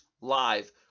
live